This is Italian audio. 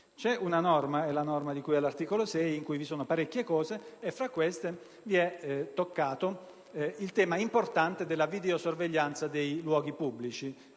C'è una norma, quella di cui all'articolo 6, in cui si affrontano parecchie questioni; fra queste è toccato il tema importante della videosorveglianza nei luoghi pubblici.